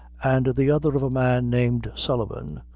and the other of a man named sullivan,